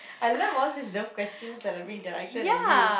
I love all this love questions that are being directed at you